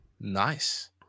Nice